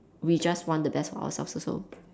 we just want the best for ourselves also